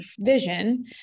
vision